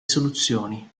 soluzioni